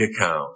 account